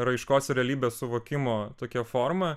raiškos ir realybės suvokimo tokia forma